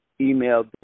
email